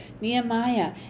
nehemiah